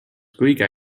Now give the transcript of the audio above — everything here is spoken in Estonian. kõige